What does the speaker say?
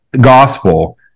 gospel